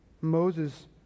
Moses